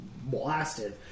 blasted